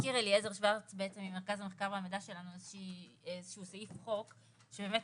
הזכיר אליעזר שורץ ממרכז המחקר והמידע סעיף חוק שנחקק